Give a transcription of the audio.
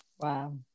Wow